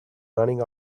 running